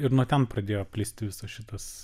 ir nuo ten pradėjo plisti visas šitas